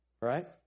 Right